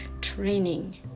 training